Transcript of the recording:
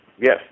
Yes